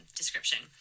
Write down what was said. description